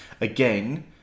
again